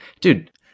dude